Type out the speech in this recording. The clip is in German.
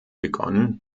begonnen